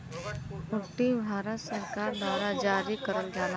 हुंडी भारत सरकार द्वारा जारी करल जाला